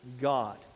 God